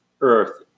Earth